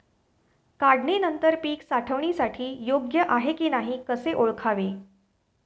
काढणी नंतर पीक साठवणीसाठी योग्य आहे की नाही कसे ओळखावे?